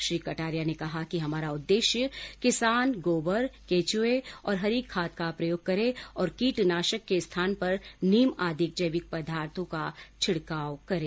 श्री कटारिया ने कहा कि हमारा उद्देश्य है कि किसान गोबर केंचुए और हरी खाद का प्रयोग करें और कीटनाशक के स्थान पर नीम आदि जैविक पदार्थों का छिड़काव करें